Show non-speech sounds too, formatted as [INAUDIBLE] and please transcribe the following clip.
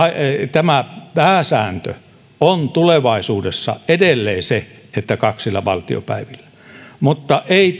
tämä pääsääntö on tulevaisuudessa edelleen se että kaksilla valtiopäivillä mutta ei [UNINTELLIGIBLE]